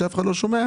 שאף אחד לא שומע,